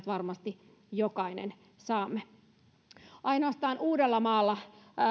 varmasti jokainen saa ainoastaan uudellamaalla